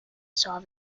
saw